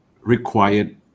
required